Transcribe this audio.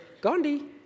Gandhi